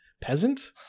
peasant